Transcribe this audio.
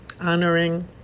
honoring